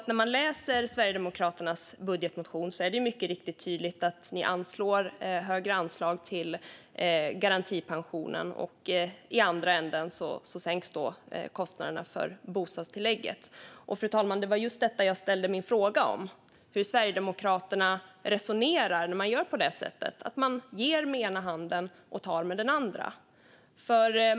När man läser Sverigedemokraternas budgetmotion är det mycket riktigt tydligt att ni anslår ett högre anslag till garantipensionen. I andra änden sänks kostnaderna för bostadstillägget. Fru talman! Det var just detta jag ställde min fråga om. Jag undrade hur Sverigedemokraterna resonerar när man gör på det sättet. Man ger med den ena handen och tar med den andra.